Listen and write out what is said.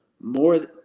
more